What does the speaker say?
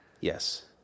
yes